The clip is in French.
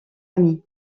amis